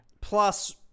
plus